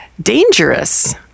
dangerous